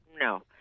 No